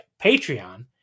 Patreon